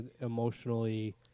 emotionally